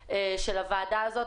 ב-זום.